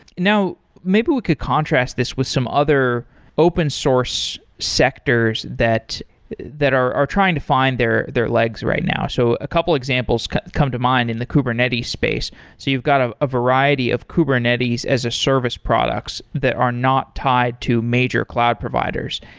now, maybe we could contrast this with some other open source sectors that that are are trying to find their their legs right now. so a couple examples come to mind in the kubernetes space. so you've got of a variety of kubernetes as a service products that are not tied to major cloud providers,